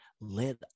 let